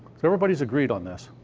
so everybody's agreed on this.